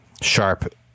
sharp